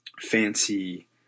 fancy